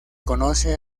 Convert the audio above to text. conoce